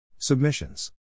Submissions